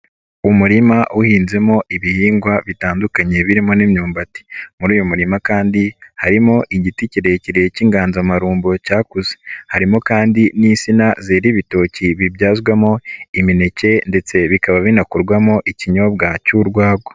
Umurima uhinzemo ibihingwa bitandukanye birimo n'imyumbati, muri uyu murima kandi harimo igiti kirekire k'inganzamarumbo cyakuze, harimo kandi n'isina zera ibitoki bibyazwamo imineke ndetse bikaba binakorwamo ikinyobwa cy'urwagwa.